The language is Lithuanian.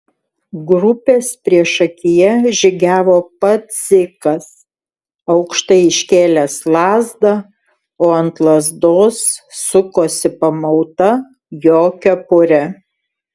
grupės priešakyje žygiavo pats dzikas aukštai iškėlęs lazdą o ant lazdos sukosi pamauta jo kepurė